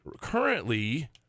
currently